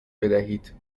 بدهید